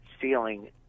ceiling